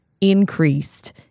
increased